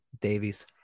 davies